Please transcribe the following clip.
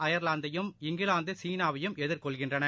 அயர்லாந்தையும் England சீனாவையும் எதிர்கொள்கின்றன